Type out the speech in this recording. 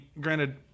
granted